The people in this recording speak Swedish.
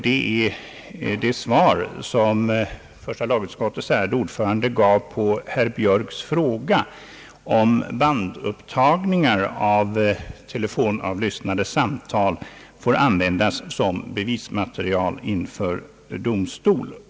Det gäller det svar som första lagutskottets ärade ordförande gav på herr Björks fråga, om bandupptagningar av telefonavlyssnade samtal skulle få användas som bevismaterial inför domstol.